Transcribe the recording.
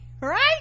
right